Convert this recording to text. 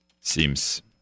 Seems